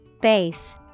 Base